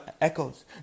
echoes